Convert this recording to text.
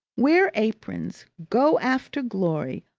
wear aprons go after glory,